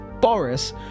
boris